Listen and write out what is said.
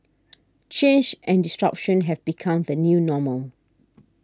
change and disruption have become the new normal